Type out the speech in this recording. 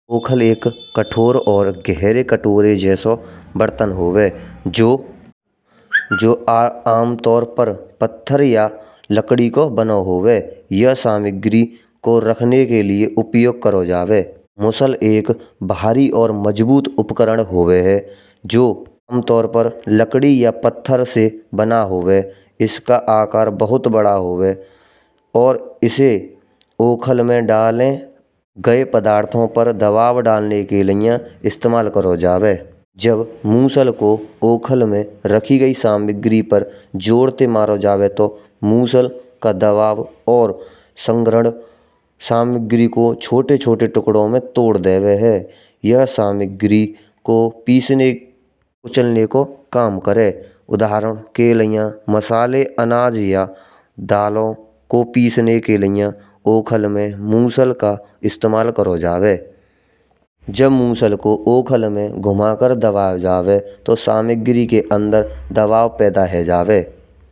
ओखल एक कठौर और गहरे कटोरे जइसन बरतन होवे। जो आम तौर पर पत्थर या लकड़ें को बना होवे। यह सामग्री को रखने के लिए उपयोग करौ जावे मुसल एक भारी और मजबूत उपकरण होवे हैं। जो आमतौर पर लकड़ी या पत्थर से बना होवे। इसका आकार बहुत बड़ा होवे। और इसे ओखल में डालने गए पदार्थरो पर दबाव डालने के लिए इस्तेमाल करौ जावे। जब मुसल को ओखल में रखी गई समिग्री पर जोर ते मारा जावे। तो मुसल का दबाव और संग्रहन सम गरी को छोटा-छोटा टुकड़ों में तोड़ देवे है। यह समग्री को पीसने या कुचलने को काम करें। उदाहरण के लाइया मसाले, अनाज या दालों को पीसने के लिए ओखल में मुसल का इस्तेमाल करौ जावे। जब मुसल को ओखला में घुमाकर दबाया जावे। तो सामग्री के अंदर दबाव पैदा हो जावे।